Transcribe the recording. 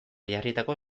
jarritako